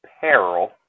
peril